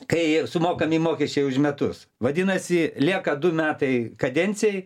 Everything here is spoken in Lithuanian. kai sumokami mokesčiai už metus vadinasi lieka du metai kadencijai